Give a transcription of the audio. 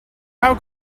how